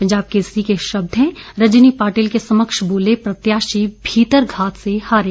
पंजाब केसरी के शब्द हैं रजनी पाटिल के समक्ष बोले प्रत्याशी भीतरघात से हारे